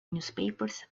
newspapers